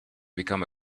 become